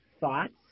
thoughts